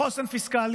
חוסן פיסקלי